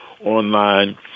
online